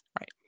right